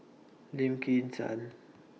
Lim Kim San